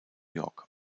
york